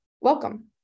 Welcome